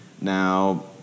Now